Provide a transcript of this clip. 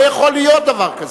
לא יכול להיות דבר כזה.